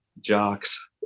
jocks